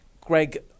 Greg